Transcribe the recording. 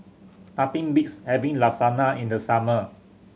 nothing beats having Lasagna in the summer